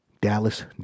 Dallas